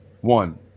One